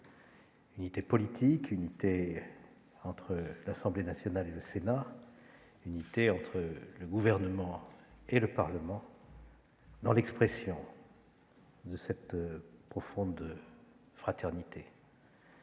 l'unité politique, à la fois entre l'Assemblée nationale et le Sénat, et entre le Gouvernement et le Parlement, dans l'expression de cette profonde fraternité.